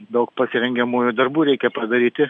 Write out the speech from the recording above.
daug pasirengiamųjų darbų reikia padaryti